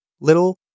Little